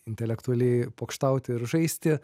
intelektualiai pokštauti ir žaisti